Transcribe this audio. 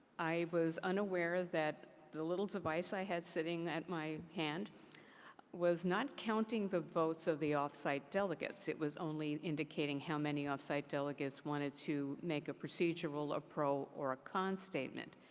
i was unaware that the little device i had setting at my hand was not counting the votes of the off-site delegates. it was only indicating how many off-site delegates wanted to make a procedural, a pro or a con statement.